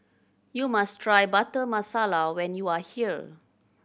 you must try Butter Masala when you are here